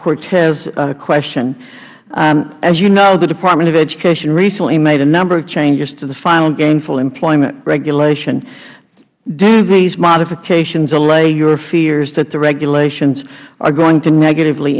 cortes a question as you know the department of education recently made a number of changes to the final gainful employment regulation do these modifications allay your fears that the regulations are going to negatively